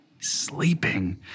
Sleeping